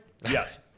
Yes